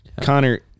Connor